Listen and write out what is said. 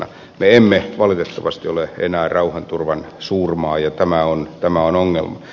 me emme valitettavasti ole enää rauhanturvan suurmaa ja tämä on ongelma